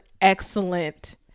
excellent